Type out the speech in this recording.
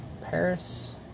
Paris